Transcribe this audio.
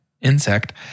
insect